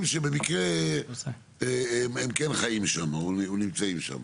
שבמקרה הם כן חיים שם או נמצאים שם.